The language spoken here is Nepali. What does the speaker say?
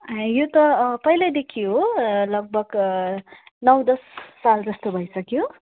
ए यो त पहिलेदेखि हो लगभग नौ दस सालजस्तो भइसक्यो